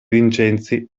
vincenzi